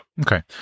Okay